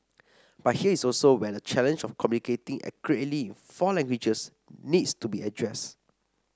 but here is also where the challenge of communicating accurately four languages needs to be addressed